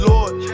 Lord